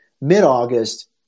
mid-August